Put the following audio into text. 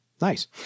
Nice